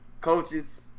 Coaches